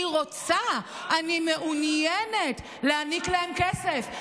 אני רוצה, אני מעוניינת להעניק להם כסף.